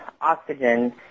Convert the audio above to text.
oxygen